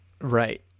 Right